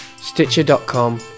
stitcher.com